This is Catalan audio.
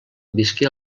visqué